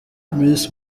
miss